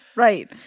Right